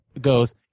goes